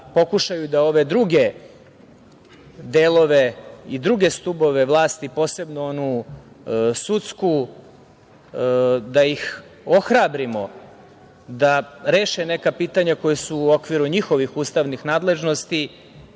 da pokušaju i ove druge delove i druge stubove vlasti i posebno onu sudsku, da ih ohrabrimo da reše neka pitanja koja su okviru njihovih ustavnih nadležnosti.